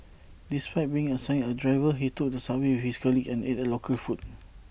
despite being assigned A driver he took the subway with his colleagues and ate local food